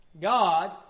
God